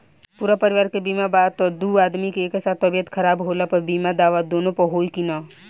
पूरा परिवार के बीमा बा त दु आदमी के एक साथ तबीयत खराब होला पर बीमा दावा दोनों पर होई की न?